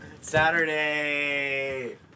Saturday